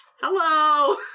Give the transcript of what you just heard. Hello